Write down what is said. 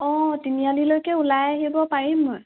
অঁ তিনিআলিলৈকে ওলাই আহিব পাৰিম মই